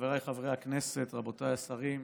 חבריי חברי הכנסת, רבותיי השרים,